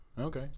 Okay